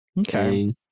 Okay